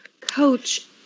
Coach